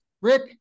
Rick